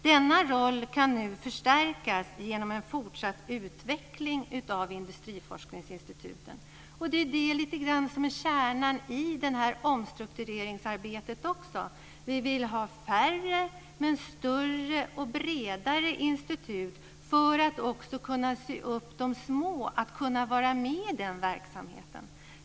Denna roll kan nu förstärkas genom en fortsatt utveckling av industriforskningsinstituten, och det är lite grann det som är kärnan i det här omstruktureringsarbetet också: Vi vill ha färre men större och bredare institut för att också kunna sy upp de små att kunna vara med i den verksamheten.